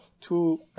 two